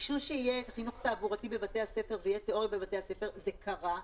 ביקשו שיהיה חינוך תעבורתי בבתי הספר ותהיה תיאוריה בבתי הספר זה קרה,